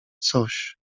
coś